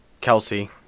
Kelsey